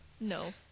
no